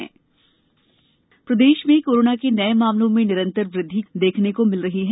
प्रदेश corona प्रदेश में corona के नये मामलों में निरंतर वृद्धि देखने को मिल रही है